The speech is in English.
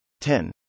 10